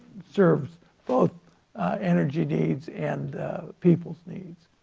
serves both energy needs and peoples needs.